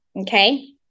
okay